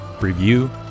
review